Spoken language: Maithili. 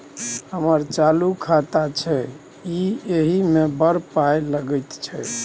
हमर चालू खाता छै इ एहि मे बड़ पाय लगैत छै